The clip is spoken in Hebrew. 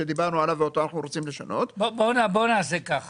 שדיברנו עליו ואותו אנחנו רוצים לשנות --- בוא נעשה ככה,